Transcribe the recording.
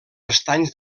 estanys